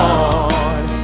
Lord